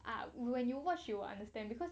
ah when you watch you will understand because